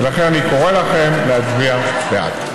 ולכן אני קורא לכם להצביע בעד.